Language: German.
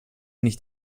nicht